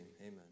Amen